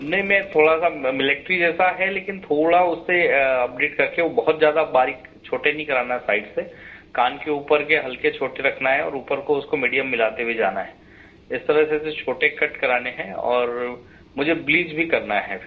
नहीं मैं थोड़ा सा मिलिट्री जैसा है लेकिन थोड़ा उससे अपडेट करके वो बहुत ज़्यादा बारीक छोटे नहीं कराना साइड से कान के ऊपर के हल्के छोटे रखना है और ऊपर को उसको मीडीयम मिलाते हुए जाना है इस तरह से ऐसे छोटे कट कराने हैं और मुझे ब्लीच भी करना है फिर